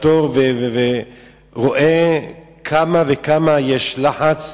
ורואה כמה לחץ יש,